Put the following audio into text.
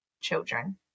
children